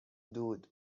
دود